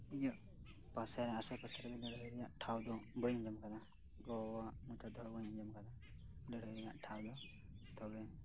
ᱤᱧᱟᱹᱜ ᱯᱟᱥᱮ ᱨᱮ ᱟᱥᱮ ᱯᱟᱥᱮ ᱨᱮᱫᱚ ᱞᱟᱹᱲᱦᱟᱹᱭ ᱨᱮᱭᱟᱜ ᱴᱷᱟᱸᱣ ᱫᱚ ᱵᱟᱹᱧ ᱟᱸᱡᱚᱢ ᱟᱠᱟᱫᱟ ᱜᱚ ᱵᱟᱵᱟᱣᱟᱜ ᱢᱚᱪᱟᱛᱮ ᱦᱚᱸ ᱵᱟᱹᱧ ᱟᱸᱡᱚᱢ ᱟᱠᱟᱫᱟ ᱞᱟᱹᱲᱦᱟᱹᱭ ᱨᱮᱭᱟᱜ ᱴᱷᱟᱶ ᱫᱚ ᱛᱚᱵᱮ